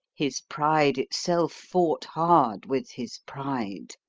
his pride itself fought hard with his pride.